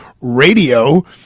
radio